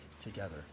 together